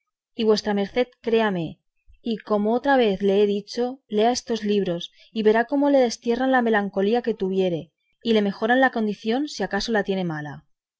y vuestra merced créame y como otra vez le he dicho lea estos libros y verá cómo le destierran la melancolía que tuviere y le mejoran la condición si acaso la tiene mala